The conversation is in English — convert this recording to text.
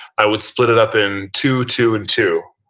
i would split it up in two, two and two.